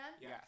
Yes